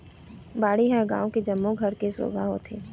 बाड़ी ह गाँव के जम्मो घर के शोभा होथे